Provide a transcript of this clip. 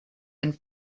and